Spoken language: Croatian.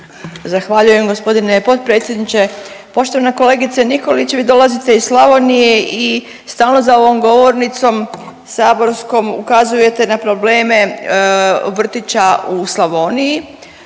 Zahvaljujem gospodine potpredsjedniče. Poštovana kolegice Nikolić vi dolazite iz Slavonije i stalno za ovom govornicom saborskom ukazujete na probleme vrtića u Slavoniji